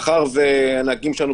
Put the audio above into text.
מאחר שהנהגים שלנו,